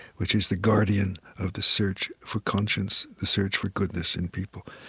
which is the guardian of the search for conscience, the search for goodness in people.